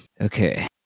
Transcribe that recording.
Okay